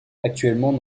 actuellement